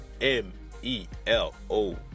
M-E-L-O